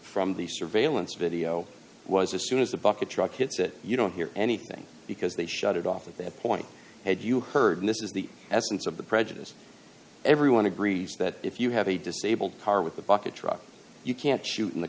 from the surveillance video was as soon as the bucket truck hits it you don't hear anything because they shut it off at that point had you heard this is the essence of the prejudice everyone agrees that if you have a disabled car with a bucket truck you can't shoot in the